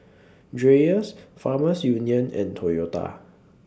Dreyers Farmers Union and Toyota